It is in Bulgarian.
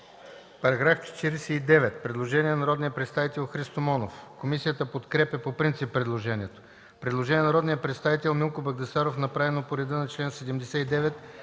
Параграф 53 – предложение на народния представител Христо Монов. Комисията подкрепя по принцип предложението. Предложение на народния представител Милко Багдасаров, направено по реда на чл. 79,